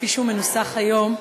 כפי שהוא מנוסח היום,